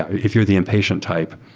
if you're the impatient type,